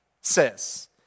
says